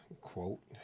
quote